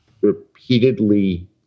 repeatedly